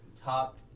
top